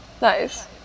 nice